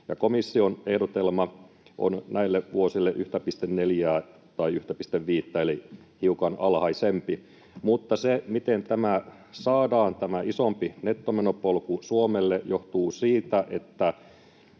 komission ehdotelma on näille vuosille 1,4:ää tai 1,5:tä eli hiukan alhaisempi. Mutta se, että saadaan tämä isompi nettomenopolku Suomelle, johtuu siitä, että